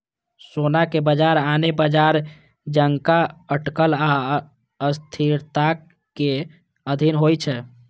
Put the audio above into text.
सोनाक बाजार आने बाजार जकां अटकल आ अस्थिरताक अधीन होइ छै